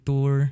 Tour